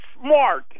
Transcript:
smart